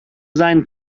sein